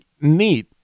neat